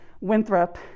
Winthrop